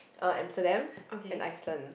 uh Amsterdam and Iceland